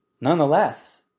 nonetheless